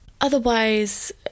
Otherwise